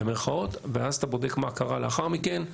במירכאות ואז אתה בודק מה קרה לאחר מכן,